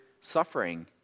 suffering